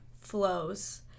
flows